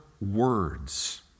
words